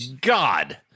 God